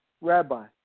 Rabbi